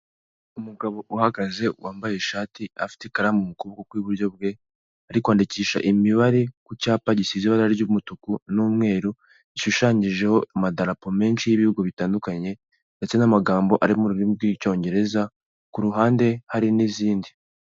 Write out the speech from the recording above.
Umugabo uhagaze wambaye ishati afite ikaramu mu kuboko kw'iburyo kwe uri kwandikisha imibare ku cyapa gisa ibara ry'umutuku n'umweru, rishushanyijeho amadarapo menshi y'ibihugu bitandukanye, ndetse n'amagambo ari mu rurimi rw'icyongereza ku ruhande hari n'izindi.